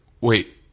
wait